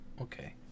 Okay